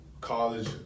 college